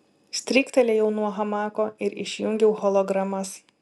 stryktelėjau nuo hamako ir išjungiau hologramas